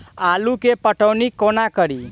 आलु केँ पटौनी कोना कड़ी?